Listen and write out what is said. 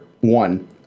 one